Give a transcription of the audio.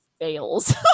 fails